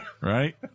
Right